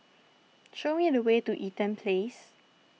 show me the way to Eaton Place